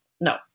no